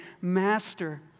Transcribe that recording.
master